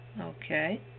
Okay